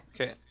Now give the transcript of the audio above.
Okay